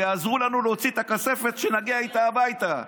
ויעזרו לנו להוציא את הכספת שנגיע איתה הביתה.